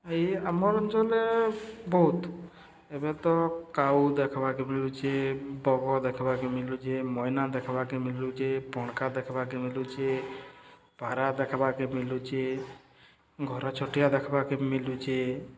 ଏଇ ଆମ ଅଞ୍ଚଳରେ ବହୁତ ଏବେ ତ କାଊ ଦେଖ୍ବାକେ ମଳୁଚେ ବଗ୍ ଦେଖ୍ବାକେ ମିଲୁଚେ ମଇନା ଦେଖ୍ବାକେ ମିଲୁଚେ ପଣ୍କା ଦେଖ୍ବାକେ ମିଲୁଚେ ପାରା ଦେଖ୍ବାକେ ମିଲୁଚେ ଘରଛଟିଆ ଦେଖ୍ବାକେ ମିଲୁଚେ